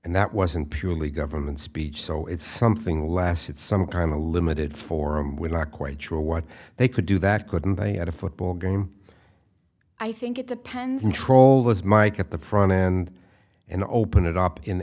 and that wasn't purely government speech so it's something less it's some kind of limited forum we're not quite sure what they could do that couldn't they had a football game i think it depends on troll this mike at the front end and open it up in